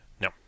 No